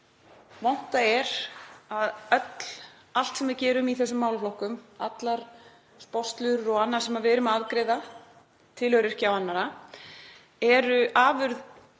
vont það er að allt sem við gerum í þessum málaflokkum, allar sporslur og annað sem við erum að afgreiða til öryrkja og annarra, sé afurð